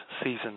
season